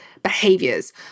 behaviors